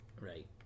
Right